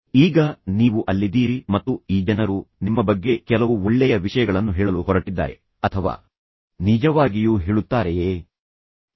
ಈಗ ನೀವು ಅಲ್ಲಿದ್ದೀರಿ ಮತ್ತು ಈ ಜನರು ನಿಮ್ಮ ಬಗ್ಗೆ ಕೆಲವು ಒಳ್ಳೆಯ ವಿಷಯಗಳನ್ನು ಹೇಳಲು ಹೊರಟಿದ್ದಾರೆ ಅಥವಾ ಅವರು ನಿಜವಾಗಿಯೂ ನಿಮ್ಮ ಬಗ್ಗೆ ಕೆಲವು ಒಳ್ಳೆಯ ವಿಷಯಗಳನ್ನು ಹೇಳುತ್ತಾರೆಯೇ